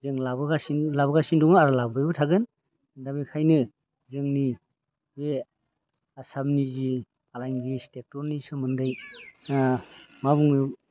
जों लाबोगासिनो दं आरो लाबोबायबो थागोन दा बेखायनो जोंनि बे आसामनि जि फालांगि सेक्टरनि सोमोन्दै ओ मा बुंनो